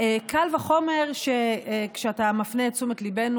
קל וחומר שכשאתה מפנה את תשומת ליבנו,